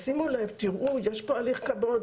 שימו לב, תראו, יש פה הליך קבו"ד